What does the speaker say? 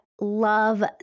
love